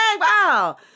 Wow